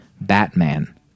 Batman